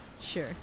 Sure